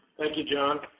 thank you john,